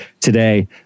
today